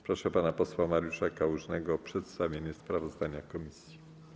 Proszę pana posła Mariusza Kałużnego o przedstawienie sprawozdania komisji.